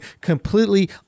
completely